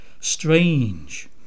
Strange